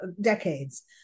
decades